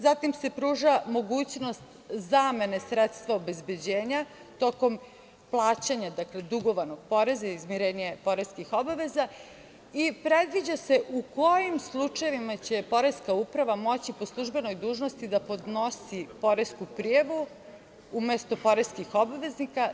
Zatim se pruža mogućnost zamene sredstva obezbeđenja tokom plaćanja dugovanog poreza i izmirenje poreskih obaveza i predviđa se u kojim slučajevima će se poreska uprava moći po službenoj dužnosti da podnosi poresku prijavu umesto poreskih obveznika.